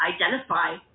identify